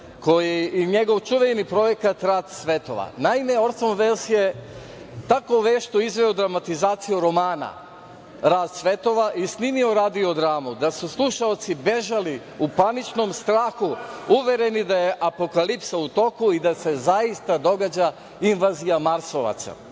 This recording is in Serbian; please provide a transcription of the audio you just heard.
i njegov čuveni projekat „Rat svetova“.Naime, Orson Vels je tako vešto izveo dramatizaciju romana „Rat svetova“ i snimo radio dramu, da su slušaoci bežali u paničnom strahu uvereni da je apokalipsa u toku i da se zaista događa invazija marsovaca.